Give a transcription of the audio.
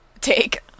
take